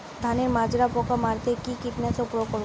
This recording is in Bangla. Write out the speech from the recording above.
ধানের মাজরা পোকা মারতে কি কীটনাশক প্রয়োগ করব?